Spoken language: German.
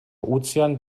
ozean